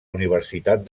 universitat